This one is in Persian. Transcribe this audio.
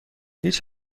هیچ